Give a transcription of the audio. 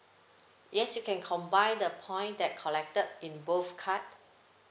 yes you can combine the point that collected in both card